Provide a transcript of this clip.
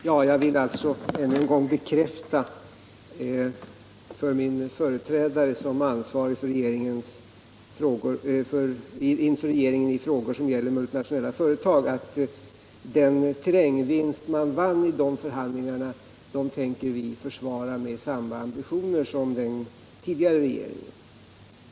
Herr talman! Jag vill än en gång bekräfta för min företrädare som Fredagen den ansvarig inom regeringen i frågor som gäller multinationella företag att 11 november 1977 vi med samma ambitioner som den tidigare regeringen tänker försvara fötter den terrängvinst man gjorde i de berörda förhandlingarna.